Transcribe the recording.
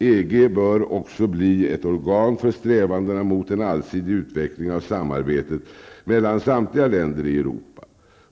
EG bör också bli ett organ för strävandena mot en allsidig utveckling av samarbetet mellan samtliga länder i Europa.